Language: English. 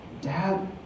Dad